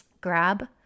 grab